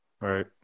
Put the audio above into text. Right